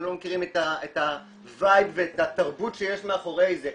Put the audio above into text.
הם לא מכירים את הווייב ואת התרבות שיש מאחורי זה,